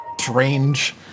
strange